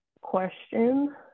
question